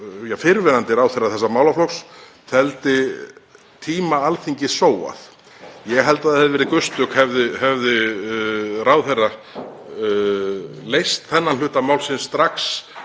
fyrrverandi ráðherra þessa málaflokks teldi tíma Alþingis sóað og ég held að það hefði verið gustuk hefði ráðherra leyst þennan hluta málsins strax